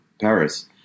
paris